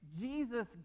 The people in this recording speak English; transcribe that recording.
Jesus